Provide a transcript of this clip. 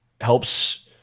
helps